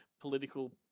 political